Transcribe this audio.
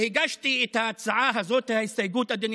אדוני